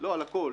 לא, על הכול.